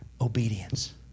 obedience